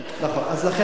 אז לכן אני אומר,